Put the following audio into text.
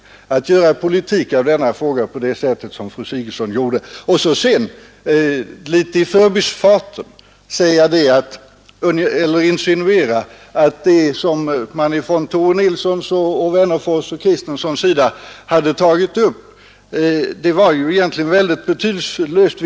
Då skall man inte göra partipolitik av frågan på det sätt som fru Sigurdsen gjorde och sedan litet i förbifarten insinuera att det som herrar Tore Nilsson och Wennerfors och fru Kristensson hade tagit upp egentligen var väldigt betydelselöst.